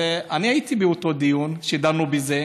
אני הייתי באותו דיון שדנו בזה,